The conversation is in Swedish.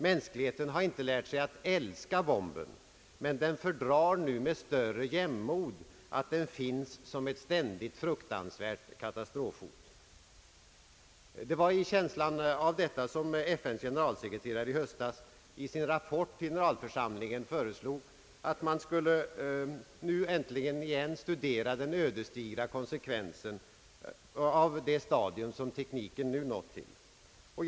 Mänskligheten har inte lärt sig att »älska bomben», men den fördrar nu med större jämnmod att den finns som ett ständigt, fruktansvärt katastrofhot. Det var i känslan av detta som FN:s generalsekreterare i höstas i sin rappart till generalförsamlingen antydde att man nu återigen skulle studera den ödesdigra konsekvensen av det stadium som tekniken har nått fram till.